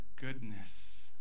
goodness